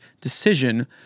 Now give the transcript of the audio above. decision